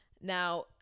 Now